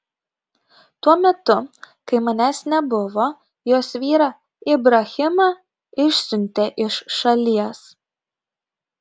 tuo metu kai manęs nebuvo jos vyrą ibrahimą išsiuntė iš šalies